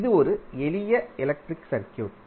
இது ஒரு எளிய எலக்ட்ரிக் சர்க்யூட்